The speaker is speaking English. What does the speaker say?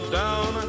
down